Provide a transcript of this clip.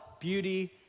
beauty